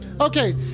okay